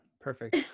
Perfect